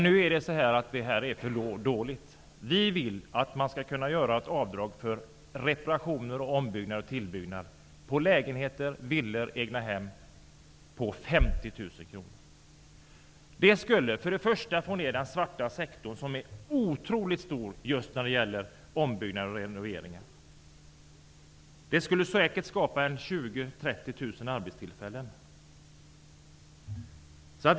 Nu ser vi att det är för dåligt. Vi vill att man skall kunna göra ett avdrag för reparationer, ombyggnader och tillbyggnader av lägenheter, villor och egnahem på 50 000 kr. Det skulle minska den svarta sektorn, som är otroligt stor just när det gäller ombyggnader och renoveringar. Det skulle säkert skapa 20 000-- 30 000 arbetstillfällen.